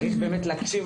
צריך באמת להקשיב